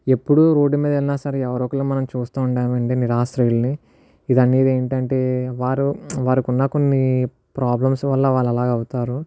ఎప్పుడు రోడ్డు మీద వెళ్ళినా సరే ఎవరో ఒకరిని మనం చూస్తానే ఉంటామండి నిరాశ్రయులని ఇవన్నీ ఏంటేంటే వారు వారికున్న కొన్ని ప్రాబ్లమ్స్ వల్ల వాళ్ళు అలాగ అవుతారు